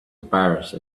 embarrassed